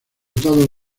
todos